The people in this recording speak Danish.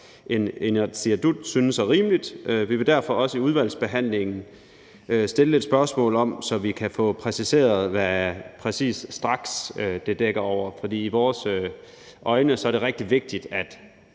end Inatsisartut synes er rimeligt. Vi vil derfor også i udvalgsbehandlingen stille et spørgsmål om det, så vi kan få præsenteret, hvad ordet straks helt præcist dækker over, for i vores øjne er det rigtig vigtigt, at